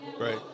Right